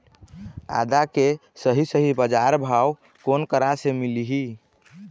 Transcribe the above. आदा के सही सही बजार भाव कोन करा से मिलही?